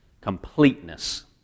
completeness